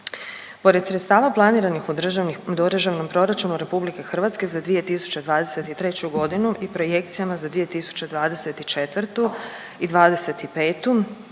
Pored sredstava planiranih u Državnom proračunu RH za 2023.g. i projekcijama za 2024. i '25.,